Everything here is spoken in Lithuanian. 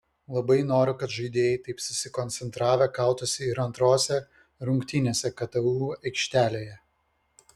labai noriu kad žaidėjai taip susikoncentravę kautųsi ir antrose rungtynėse ktu aikštelėje